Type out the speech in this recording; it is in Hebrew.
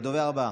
הדובר הבא,